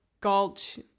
gulch